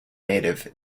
native